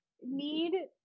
need